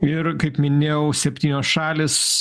ir kaip minėjau septynios šalys